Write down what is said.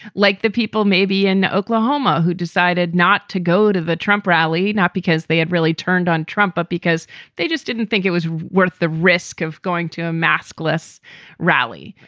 like the people maybe in oklahoma who decided not to go to the trump rally, not because they had really turned on trump, but because they just didn't think it was worth the risk of going to a mass gless rally.